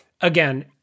again